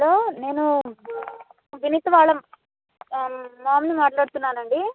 hello నేను వినీత్ వాళ్ళ మ్యామ్ని మాట్లాడుతున్నాను అండి